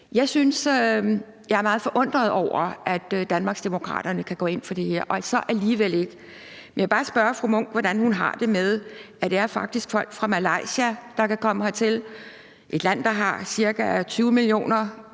Jeg er meget forundret over, at Danmarksdemokraterne kan gå ind for det her – og så alligevel ikke. Jeg vil bare spørge fru Charlotte Munch, hvordan hun har det med, at det faktisk er folk fra Malaysia, der kan komme hertil – et land, der har ca. 20 millioner